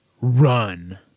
run